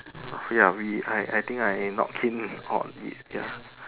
ya we I I I think I not keen on this ya